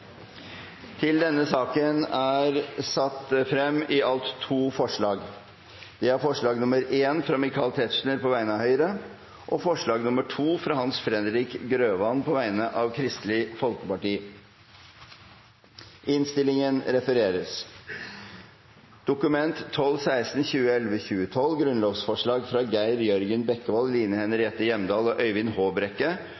dag. Denne fullmakten ble imidlertid vedtatt under foregående sak, så J i denne innstillingen bortfaller. Under debatten er det satt fram i alt to forslag. Det er: forslag nr. 1, fra Michael Tetzschner på vegne av Høyre forslag nr. 2, fra Hans Fredrik Grøvan på vegne av Kristelig Folkeparti